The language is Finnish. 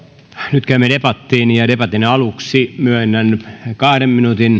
nyt käymme debattiin ja debatin aluksi myönnän kahden minuutin